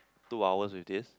two hours with this